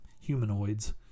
humanoids